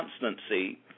constancy